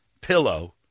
pillow